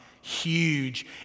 huge